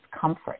comfort